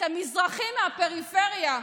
את המזרחים מהפריפריה,